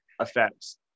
Effects